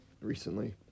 recently